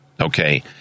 Okay